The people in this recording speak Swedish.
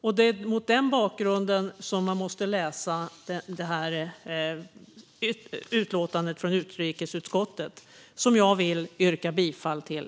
Det är mot den bakgrunden som man måste läsa detta utlåtande från utrikesutskottet, som jag härmed vill yrka bifall till.